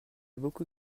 beaucoup